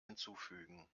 hinzufügen